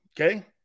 Okay